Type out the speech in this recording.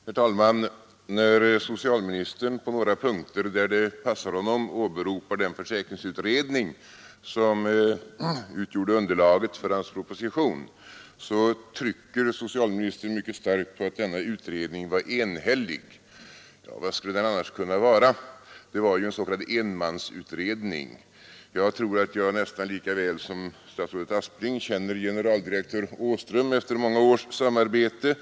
Herr talman! När socialministern på de punkter där det passar honom åberopar den försäkringsutredning som utgjort underlaget för hans proposition, trycker han mycket starkt på att denna utredning är enhällig. Vad skulle den annars kunna vara? Det var ju en s.k. enmansutredning. Jag tror, att jag efter många års samarbete känner generaldirektör Åström nästan lika bra som statsrådet Aspling gör.